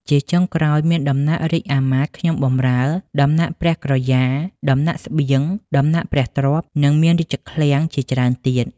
ជាចុងក្រោយមាន ដំណាក់រាជអាមាត្យខ្ញុំបម្រើ ដំណាក់ព្រះក្រយ៉ា ដំណាក់ស្បៀង ដំណាក់ព្រះទ្រព្យ និងមានរាជឃ្លាំងជាច្រើនទៀត ។